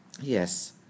yes